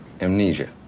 Amnesia